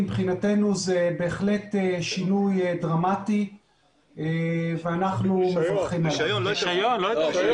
מבחינתנו זה בהחלט שינוי דרמטי ואנחנו מברכים על כך.